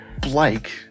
Blake